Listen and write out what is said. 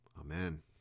amen